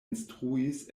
instruis